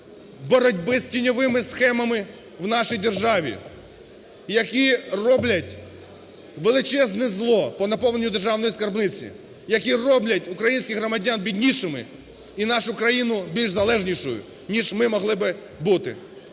боротьби з тіньовими схемами в нашій державі, які роблять величезне зло по наповненню державної скарбниці, які роблять українських громадян біднішими і нашу країну більшзалежнішою, ніж ми могли би бути.